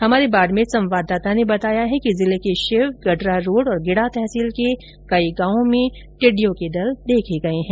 हमारे बाडमेर संवाददाता ने बताया कि जिले के शिव गडरा रोड और गिडा तहसील के कई गांवों में टिडि्डयों के दल देखे गये है